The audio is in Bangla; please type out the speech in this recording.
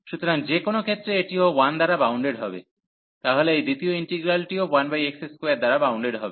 সুতরাং যে কোনও ক্ষেত্রে এটিও 1 দ্বারা বাউন্ডেড হবে তাহলে এই দ্বিতীয় ইন্টিগ্রালটিও 1x2 দ্বারা বাউন্ডেড হবে